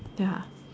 ya